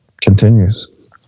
continues